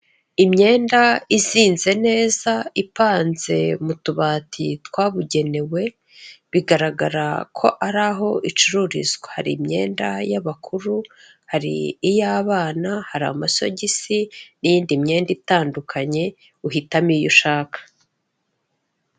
Imyenda izinze neza ipanze mu tubati twabugenewe bigaragara ko ari aho icururizwa hari imyenda y'abakuru ari iy'abana hari amasogisi n'iyindi myenda itandukanye uhitamo iyo ushaka.